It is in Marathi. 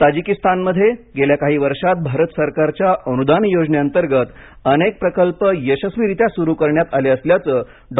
ताजीकिस्तानमध्ये गेल्या काही वर्षात भारत सरकारच्या अनुदान योजनेंतर्गत अनेक प्रकल्प यशस्वीरित्या सुरू करण्यात आले असल्याचं डॉ